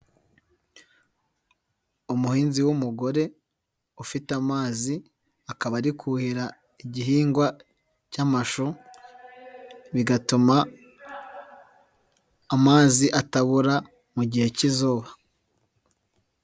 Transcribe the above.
Umuhinzi w'umugore ufite amazi, akaba ari kuhira igihingwa cy'amashu, bigatuma amazi atabura mu gihe cy'izuba.